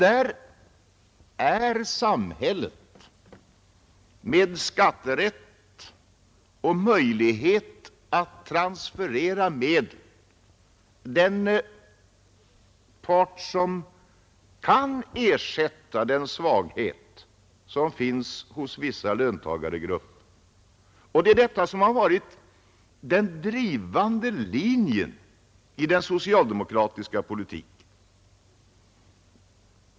Där är samhället med skatterätt och möjlighet att transferera medel den part som kan ersätta den svaghet som finns hos vissa löntagargrupper. Detta har varit den drivande kraften i den socialdemokratiska politiken.